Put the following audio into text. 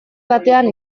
batean